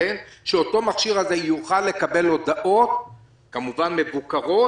שאותו מכשיר יוכל לקבל הודעות מבוקרות,